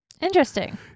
interesting